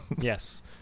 Yes